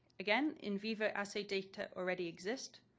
again, in vivo assay data already exists,